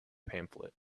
pamphlet